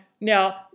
Now